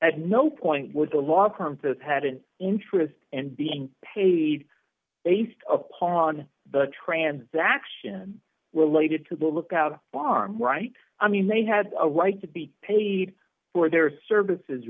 at no point was the law firm that had an interest in being paid based upon the transaction related to the lookout farm right i mean they had a right to be paid for their services